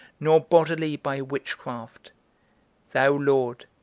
nor bodily by witchcraft thou, lord,